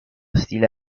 stile